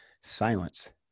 silence